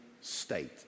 state